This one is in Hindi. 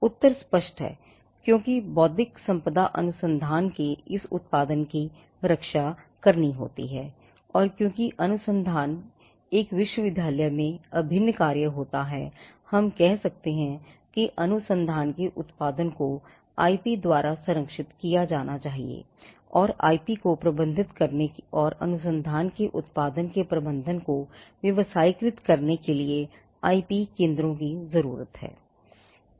उत्तर स्पष्ट है क्योंकि बौद्धिक संपदा अनुसंधान के इस उत्पादन की रक्षा कर सकती है और क्योंकि अनुसंधान एक विश्वविद्यालय में एक अभिन्न कार्य है हम कह सकते हैं कि अनुसंधान के उत्पादन को आईपी द्वारा संरक्षित किया जा सकता है और आईपी को प्रबंधित करने और अनुसंधान के उत्पादन के प्रबंधन को व्यावसायीकृत करने के लिए आईपी केन्द्रों की जरूरत है